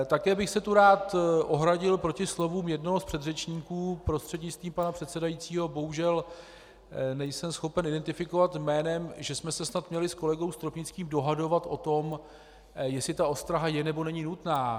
Také bych se tu rád ohradil proti slovům jednoho z předřečníků prostřednictvím pana předsedajícího, bohužel nejsem schopen identifikovat jménem, že jsme se snad měli s kolegou Stropnickým dohadovat o tom, jestli ostraha je, nebo není nutná.